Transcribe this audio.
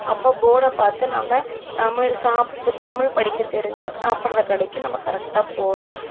அப்போது போர்டை பார்த்து நம்ம தமிழ் தமிழ் படிக்க தெரிஞ்சால் சாப்பிடுற கடைக்கு நம்ம கரெக்டாக போகலாம்